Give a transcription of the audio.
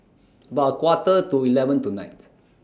about Quarter to eleven tonight